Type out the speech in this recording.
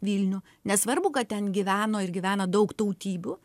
vilnių nesvarbu kad ten gyveno ir gyvena daug tautybių